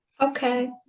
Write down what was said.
Okay